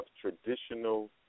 traditional